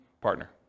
partner